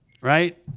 right